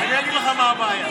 זאב, דבר על מה שדובר